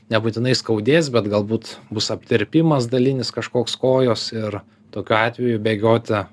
nebūtinai skaudės bet galbūt bus aptirpimas dalinis kažkoks kojos ir tokiu atveju bėgioti